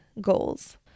goals